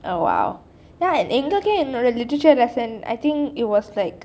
o !wow! ya எங்களுக்கே எங்கஞடைய:enkaludaiya enkaludaiya literature lesson think it was like